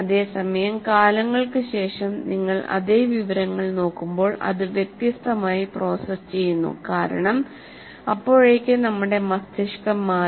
അതേസമയം കാലങ്ങൾക്ക് ശേഷം നിങ്ങൾ അതേ വിവരങ്ങൾ നോക്കുമ്പോൾ അത് വ്യത്യസ്തമായി പ്രോസസ്സ് ചെയ്യുന്നുകാരണം അപ്പോഴേക്ക് നമ്മുടെ മസ്തിഷ്കം മാറി